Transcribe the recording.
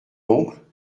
oncle